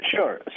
Sure